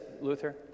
Luther